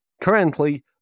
currently